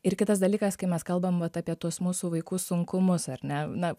ir kitas dalykas kai mes kalbam vat apie tuos mūsų vaikų sunkumus ar ne